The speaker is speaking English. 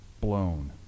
blown